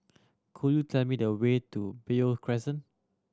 could you tell me the way to Beo Crescent